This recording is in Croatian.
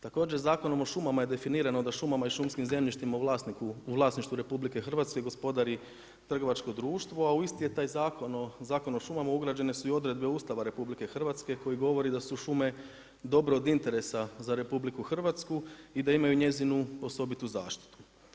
Također Zakonom o šumama je definirano da šumama i šumskim zemljištima u vlasništvu RH gospodari trgovačko društvo a u isti je taj zakon u Zakon o šumama ugrađene su i odredbe Ustava RH koji govori da su šume dobro od interesa za RH i da imaju njezinu osobitu zaštitu.